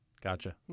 Gotcha